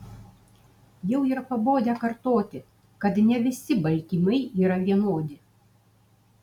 jau yra pabodę kartoti kad ne visi baltymai yra vienodi